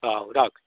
ହଉ ରଖ୍